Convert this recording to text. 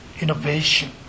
innovation